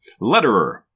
letterer